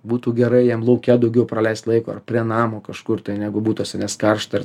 būtų gerai jam lauke daugiau praleist laiko ar prie namo kažkur tai negu butuose nes karšta ir